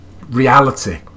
reality